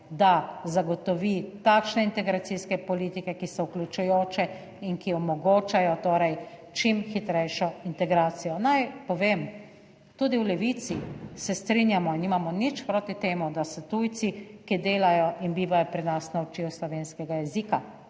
da zagotovi takšne integracijske politike, ki so vključujoče in ki omogočajo čim hitrejšo integracijo. Naj povem, tudi v Levici se strinjamo in nimamo nič proti temu, da se tujci, ki delajo in bivajo pri nas, naučijo slovenskega jezika,